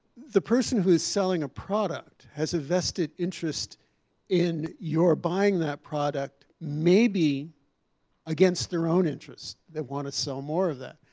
the person who is selling a product has a vested interest in your buying that product, maybe against their own interests that want to sell more of that.